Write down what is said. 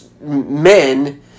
men